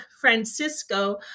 Francisco